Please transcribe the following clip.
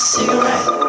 Cigarette